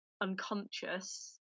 unconscious